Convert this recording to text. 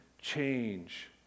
change